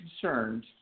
concerned